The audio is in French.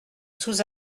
sous